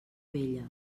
vella